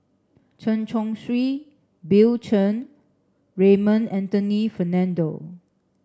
Chen Chong Swee Bill Chen Raymond Anthony Fernando